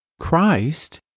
Christ